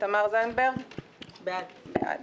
תמר זנדברג, בעד.